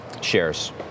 shares